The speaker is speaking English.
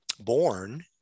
born